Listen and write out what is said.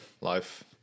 life